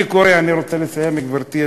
אני קורא, אני רוצה לסיים, גברתי.